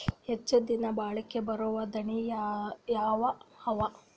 ಹೆಚ್ಚ ದಿನಾ ಬಾಳಿಕೆ ಬರಾವ ದಾಣಿಯಾವ ಅವಾ?